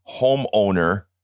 homeowner